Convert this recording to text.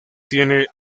tiene